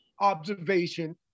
observation